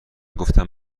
گفتم